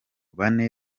bane